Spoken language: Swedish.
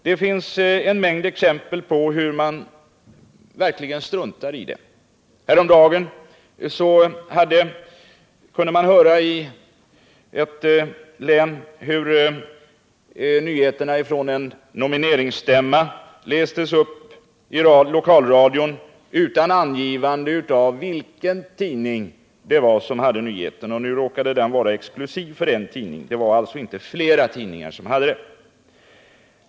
Det finns en mängd exempel på hur man verkligen struntar i det. Häromdagen kunde man i ett län höra hur nyheterna från en nomineringsstämma lästes upp i lokalradion utan angivande av vilken tidning det var som hade nyheten. Nu råkade den vara exklusiv för en tidning — det var alltså inte flera tidningar som hade nyheten.